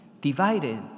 divided